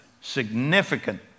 Significant